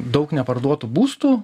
daug neparduotų būstų